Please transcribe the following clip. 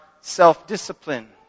self-discipline